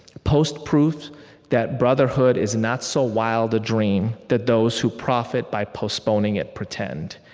post proofs that brotherhood is not so wild a dream that those who profit by postponing it pretend.